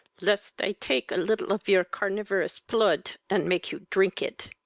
lest i take a little your carnivorous plood, and make you drink it!